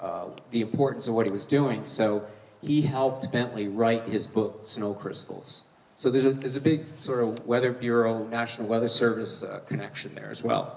the importance of what he was doing so he helped bentley write his book snow crystals so there's a there's a big sort of weather bureau national weather service connection there as well